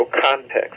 context